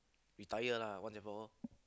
retire lah once and for all